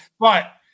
Right